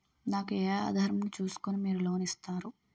నాకు ఏ ఆధారం ను చూస్కుని మీరు లోన్ ఇస్తారు?